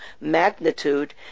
magnitude